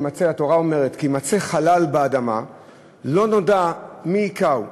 התורה אומרת: כי יימצא חלל באדמה לא נודע מי הכהו,